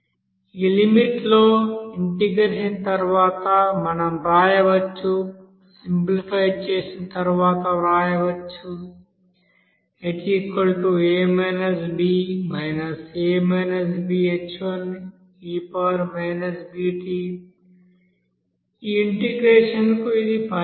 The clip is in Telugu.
ఈ లిమిట్ లో ఇంటెగ్రేషన్ తర్వాత మనం వ్రాయవచ్చు సింప్లిఫై చేసిన తరువాత వ్రాయవచ్చు ఈ ఇంటెగ్రేషన్ కు ఇది పరిష్కారం